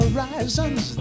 Horizons